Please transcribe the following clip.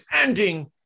ending